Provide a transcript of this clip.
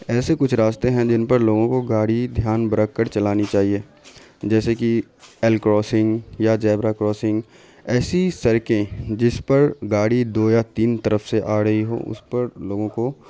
ایسے کچھ راستے ہیں جن پر لوگوں کو گاڑی دھیان برکھ کر چلانی چاہیے جیسے کہ ایل کراسنگ یا زیبرا کراسنگ ایسی سڑکیں جس پر گاڑی دو یا تین طرف سے آ رہی ہو اس پر لوگوں کو